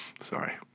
Sorry